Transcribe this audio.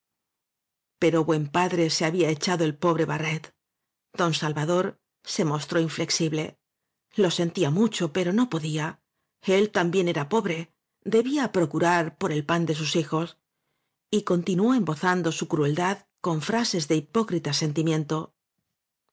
pero buen padre se había echado el pobre ai'ret don salvador se mostró inflexible lo sentía mucho pero no podía él también era pobre debía procurar el por pan de sus hijos y continuó embozando su crueldad con frases de hipócrita sentimiento